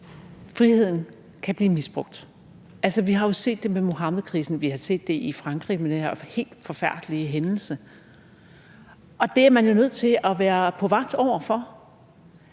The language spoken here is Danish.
friheden kan blive misbrugt. Altså, vi har jo set det med Muhammedkrisen, og vi har set det i Frankrig med den her helt forfærdelige hændelse. Det er man jo nødt til at være på vagt over for.